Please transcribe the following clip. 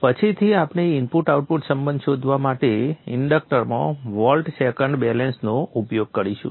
પછીથી આપણે input output સંબંધ શોધવા માટે ઇન્ડક્ટરમાં વોલ્ટ સેકન્ડ બેલેન્સનો ઉપયોગ કરીશું